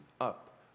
up